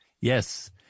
Yes